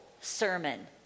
sermon